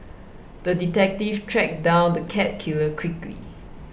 the detective tracked down the cat killer quickly